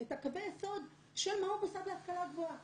את קווי היסוד של מה הוא מוסד להשכלה גבוהה.